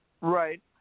Right